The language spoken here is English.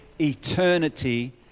eternity